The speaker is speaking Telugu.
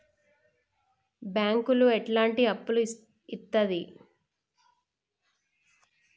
బ్యాంకులు ఎట్లాంటి అప్పులు ఇత్తది?